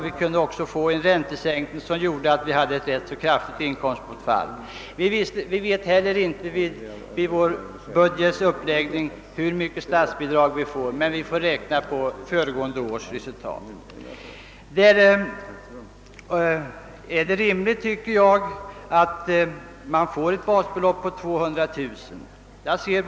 Det kunde också bli en räntesänkning som medförde ett ganska kraftigt inkomstbortfall för oss. När vi lägger upp vår budget vet vi inte heller hur stort statsbidrag vi får, utan vi får räkna på föregående års resultat. Därför tycker jag det är rimligt med ett basbelopp på 200000 kronor.